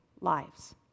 lives